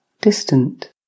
distant